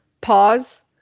pause